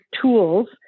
tools